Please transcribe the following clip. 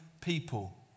people